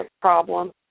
problem